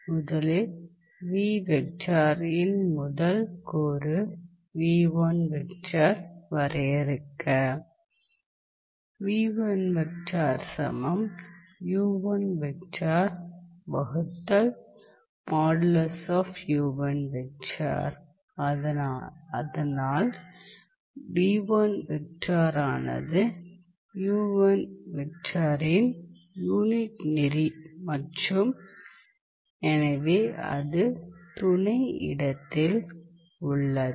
முதலில் இன் முதல் கூறு வரையறுக்க அதனால் ஆனது இன் யூனிட் நெறி மற்றும் எனவே அதே துணை இடத்தில் உள்ளது